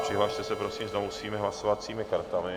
Přihlaste se prosím znovu svými hlasovacími kartami.